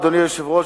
אדוני היושב-ראש,